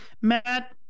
Matt